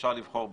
שאפשר לבחור בהם.